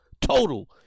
total